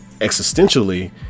Existentially